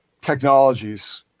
technologies